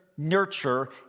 Nurture